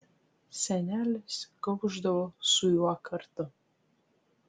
senelis kaušdavo su juo kartu